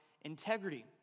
integrity